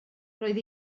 roedd